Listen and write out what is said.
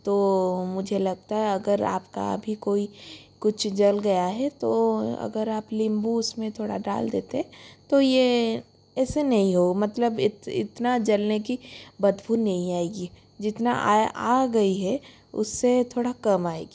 तो मुझे लगता है अगर आपका भी कोई कुछ जल गया है तो अगर आप निम्बू उसमें थोड़ा डाल देते तो यह ऐसे नहीं हो मतलब इतना जलने की बदबू नहीं आएगी जितना आया आ गई है उससे थोड़ा कम आएगी